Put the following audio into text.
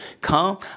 come